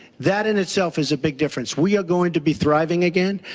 that in itself is a big difference. we are going to be thriving again.